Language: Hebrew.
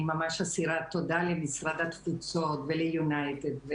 אני אסירת תודה למשרד התפוצות וליונייטד,